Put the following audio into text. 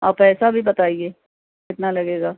آپ پیسہ بھی بتائیے کتنا لگے گا